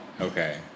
Okay